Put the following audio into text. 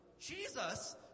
Jesus